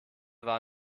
war